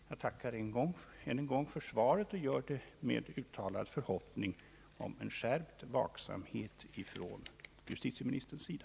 Jag tackar än en gång för svaret och gör det med en uttalad förhoppning om skärpt vaksamhet från justitieministerns sida.